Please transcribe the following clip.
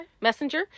Messenger